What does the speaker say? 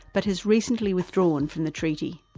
but has recently withdrawn from the treaty.